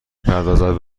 پردازد